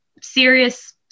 serious